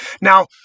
now